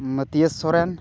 Matiya Soren